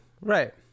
right